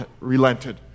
relented